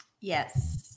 Yes